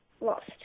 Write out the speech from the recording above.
lost